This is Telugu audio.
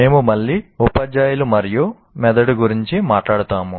మేము మళ్ళీ ఉపాధ్యాయులు మరియు మెదడు గురించి మాట్లాడుతాము